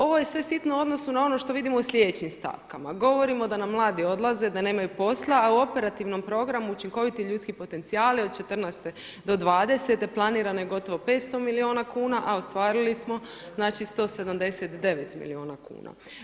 Ovo je sve sitno u odnosu na ono što vidimo u sljedećim stavkama, govorimo da nam mladi odlaze da nemaju posla a u operativnom programu učinkoviti ljudski potencijali od '14. do '20. planirano je gotovo 500 milijuna kuna a ostvarili smo znači 179 milijuna kuna.